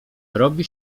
robi